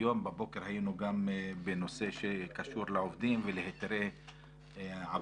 היום בבוקר היינו בישיבות גם בנושא שקשור לעובדים ולהיתרי עבודה